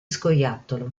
scoiattolo